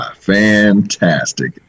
Fantastic